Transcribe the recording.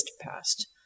past